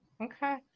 Okay